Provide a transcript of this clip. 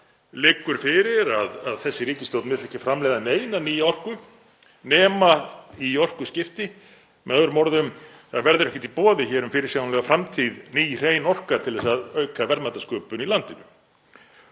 liggur að þessi ríkisstjórn vill ekki framleiða neina nýja orku nema í orkuskipti. Með öðrum orðum: Það verður ekki í boði hér um fyrirsjáanlega framtíð ný hrein orka til að auka verðmætasköpun í landinu.